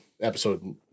episode